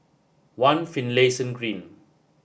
One Finlayson Green